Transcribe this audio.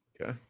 Okay